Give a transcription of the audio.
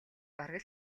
бараг